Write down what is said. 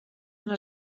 una